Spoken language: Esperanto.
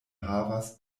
havas